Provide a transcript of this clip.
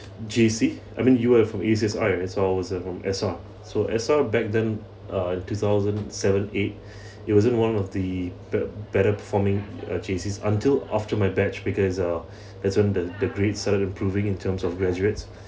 J_C I mean you are from A_C_S_I as well I was from S_R so S_R back then uh two thousand seven eight it wasn't one of the bet~ better performing uh J_C until after my batch because uh that's when the grades are improving in terms of graduates